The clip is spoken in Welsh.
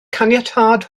caniatâd